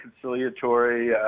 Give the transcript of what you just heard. conciliatory